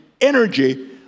energy